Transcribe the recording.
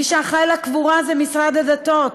מי שאחראי לקבורה זה משרד הדתות,